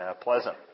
pleasant